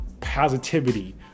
positivity